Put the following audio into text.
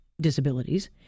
disabilities